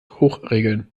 hochregeln